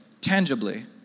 tangibly